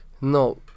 No